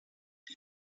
die